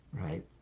right